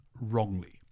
wrongly